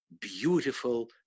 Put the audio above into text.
beautiful